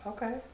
Okay